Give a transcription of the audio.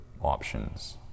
options